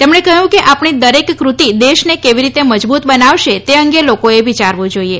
તેમણે કહ્યું કે આપણી દરેક કૃતિ દેશને કેવી રીતે મજબૂત બનાવશે તે અંગે લોકોએ વિચારવું જોઈએ